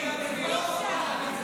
אי-אפשר.